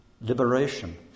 liberation